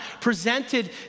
presented